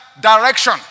direction